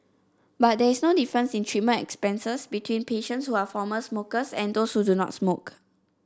but there is no difference in treatment expenses between patients who are former smokers and those who do not smoke